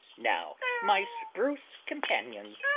now, my spruce companions,